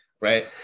Right